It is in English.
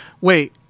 wait